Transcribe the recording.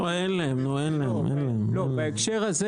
לא, בהקשר הזה